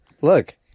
Look